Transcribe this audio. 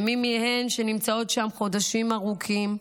ומי מהן שנמצאות שם חודשים ארוכים,